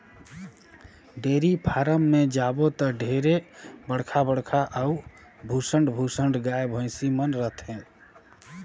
dairy farm में जाबे त ढेरे बड़खा बड़खा अउ भुसंड भुसंड गाय, भइसी मन रथे